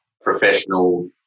professional